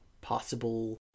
possible